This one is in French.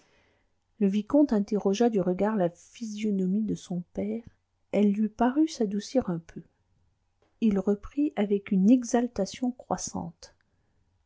le vicomte interrogea du regard la physionomie de son père elle lui parut s'adoucir un peu il reprit avec une exaltation croissante